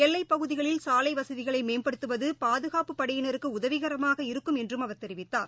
எல்லைபகுதிகளில் சாலைவசதிகளைமேம்படுத்துவது பாதுகாப்பு படையினருக்குஉதவிகரமாக இருக்கும் என்றும் அவர் தெரிவித்தார்